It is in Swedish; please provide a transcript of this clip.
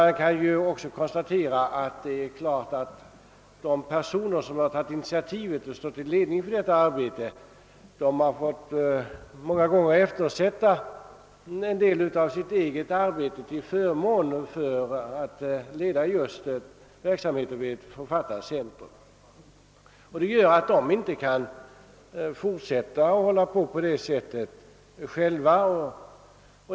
De personer som tagit initiativet och stått i ledningen för detta arbete har emellertid många gånger fått eftersätta en del av sitt eget arbete för att leda verksamheten vid Författarcentrum, och detta kan de inte gärna fortsätta med.